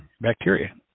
bacteria